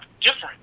different